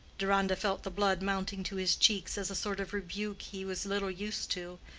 deronda felt the blood mounting to his cheeks as a sort of rebuke he was little used to,